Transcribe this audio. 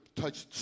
touched